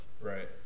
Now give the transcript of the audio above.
Right